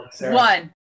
one